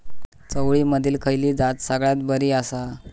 चवळीमधली खयली जात सगळ्यात बरी आसा?